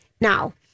Now